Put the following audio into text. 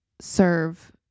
serve